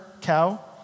cow